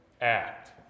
act